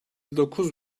dokuz